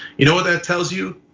you know what that tells you?